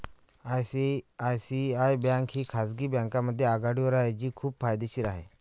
ICICI bank ही खाजगी बँकांमध्ये आघाडीवर आहे जी खूप फायदेशीर आहे